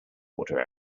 water